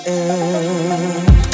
end